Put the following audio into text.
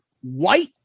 white